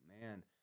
man